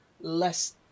less